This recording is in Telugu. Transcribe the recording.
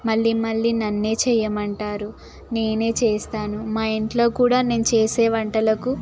మళ్ళీ మళ్ళీ నన్ను చేయమంటారు నేనే చేస్తాను మా ఇంట్లో కూడా నేను చేసే వంటలకు